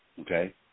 Okay